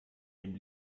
dem